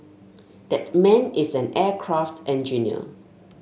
that man is an aircraft engineer